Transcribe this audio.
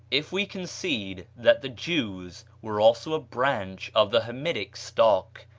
if we concede that the jews were also a branch of the hamitic stock,